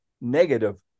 negative